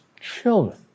children